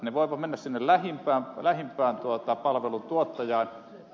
he voivat mennä sinne lähimmälle palveluntuottajalle